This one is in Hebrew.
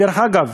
דרך אגב,